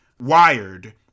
Wired